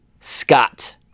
Scott